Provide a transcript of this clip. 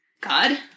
God